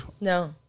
No